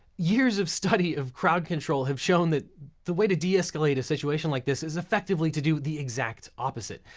years of study of crowd control have shown that the way to de-escalate a situation like this is effectively to do the exact opposite.